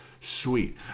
sweet